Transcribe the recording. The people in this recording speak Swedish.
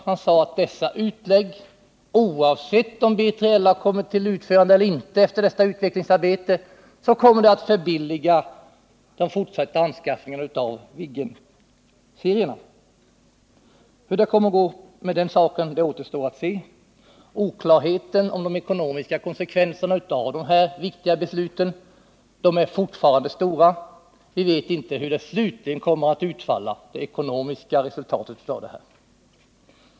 Man sade att dessa utlägg, oavsett om B3LA skulle komma till utförande eller inte efter detta utvecklingsarbete, skulle förbilliga den fortsatta anskaffningen av Viggen. Hur det kommer att gå med den saken återstår att se. Oklarheten om de ekonomiska konsekvenserna av de här viktiga besluten är fortfarande stor, eftersom vi inte vet hur det ekonomiska resultatet slutligen kommer att bli.